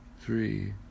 three